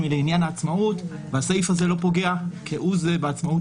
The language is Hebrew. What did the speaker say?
ולעניין העצמאות והסעיף הזה לא פוגע כהוא זה בעצמאות